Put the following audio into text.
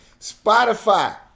spotify